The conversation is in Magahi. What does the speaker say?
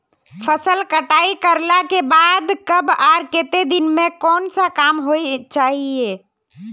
फसल कटाई करला के बाद कब आर केते दिन में कोन सा काम होय के चाहिए?